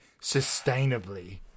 sustainably